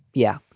yeah.